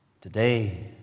Today